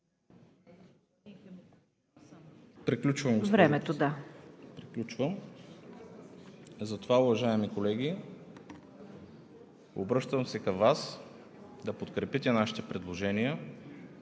Председател. Затова, уважаеми колеги, обръщам се към Вас да подкрепите нашите предложения